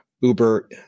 Uber